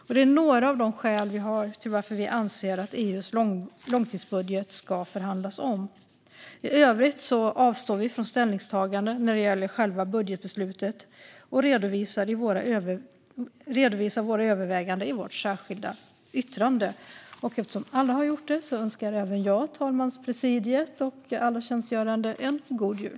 Detta är några av våra skäl till att vi anser att EU:s långtidsbudget ska förhandlas om. I övrigt avstår vi från ställningstagande när det gäller själva budgetbeslutet och redovisar våra överväganden i vårt särskilda yttrande. Eftersom alla har gjort det önskar även jag talmanspresidiet och alla tjänstgörande en god jul.